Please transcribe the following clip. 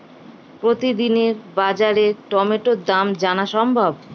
প্রতিদিনের বাজার টমেটোর দাম জানা সম্ভব?